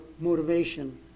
motivation